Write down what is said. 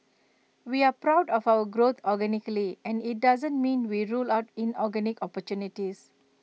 we're proud of our growth organically and IT doesn't mean we rule out inorganic opportunities